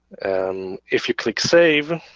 and if you click save,